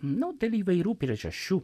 nu dėl įvairių priežasčių